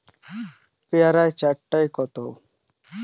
পেয়ারা চার টায় কত?